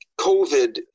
COVID